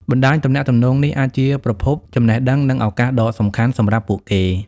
បណ្តាញទំនាក់ទំនងនេះអាចជាប្រភពចំណេះដឹង និងឱកាសដ៏សំខាន់សម្រាប់ពួកគេ។